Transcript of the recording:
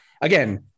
again